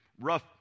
rough